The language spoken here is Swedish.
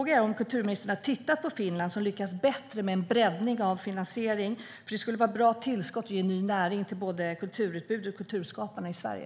Har kulturministern tittat på Finland, som har lyckats bättre med en breddning av finansieringen? Det skulle vara ett bra tillskott och ge ny näring till både kulturutbud och kulturskapare i Sverige.